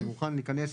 אני מוכן להיכנס